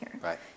Right